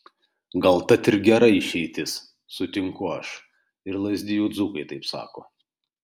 gal tat ir gera išeitis sutinku aš ir lazdijų dzūkai taip sako